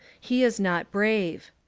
he is not brave.